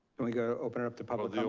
and we gonna open it up to public